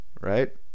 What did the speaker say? right